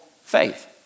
faith